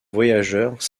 voyageurs